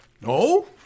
No